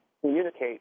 communicate